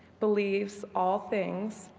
believes all things,